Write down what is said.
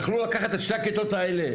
יכלו לקחת את שתי הכיתות האלה,